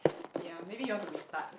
ya maybe you want to restart